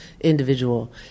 individual